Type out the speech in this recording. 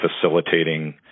facilitating